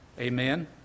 Amen